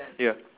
ya